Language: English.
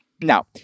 Now